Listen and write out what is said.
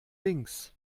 links